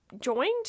joined